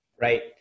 Right